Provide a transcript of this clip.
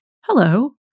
Hello